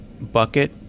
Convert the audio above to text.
bucket